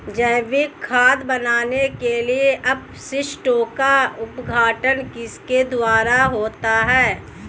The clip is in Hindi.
जैविक खाद बनाने के लिए अपशिष्टों का अपघटन किसके द्वारा होता है?